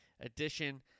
edition